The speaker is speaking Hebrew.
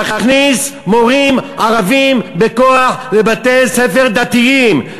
להכניס מורים ערבים בכוח לבתי-ספר דתיים?